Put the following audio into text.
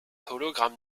hologramm